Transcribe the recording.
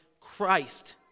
Christ